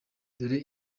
dore